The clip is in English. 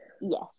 Yes